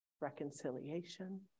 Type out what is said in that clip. reconciliation